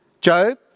Job